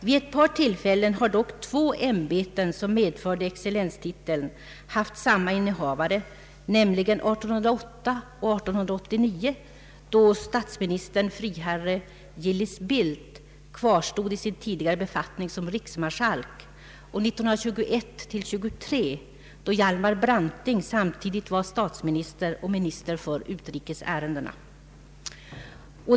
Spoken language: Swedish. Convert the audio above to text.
Vid ett par tillfällen har dock två ämbeten som medför excellenstiteln haft samma innehavare, nämligen 1888—1889, då statsministern friherre Gillis Bildt kvarstod i sin tidigare befattning som riksmarskalk, och 1921—1923 då Hjalmar Branting samtidigt var statsminister och minister för utrikes ärendena.